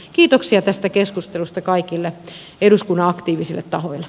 kiitoksia tästä keskustelusta kaikille eduskunnan aktiivisille tahoille